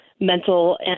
mental